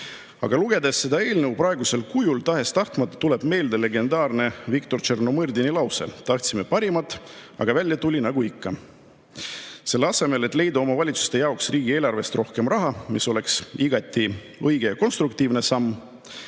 Aga lugedes seda eelnõu praegusel kujul, tuleb tahes-tahtmata meelde legendaarne Viktor Tšernomõrdini lause: tahtsime parimat, aga välja tuli nagu ikka. Selle asemel, et leida omavalitsuste jaoks riigieelarvest rohkem raha, mis oleks igati õige ja konstruktiivne samm,